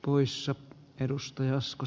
arvoisa herra puhemies